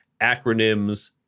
acronyms